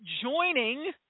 joining